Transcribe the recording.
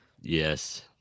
yes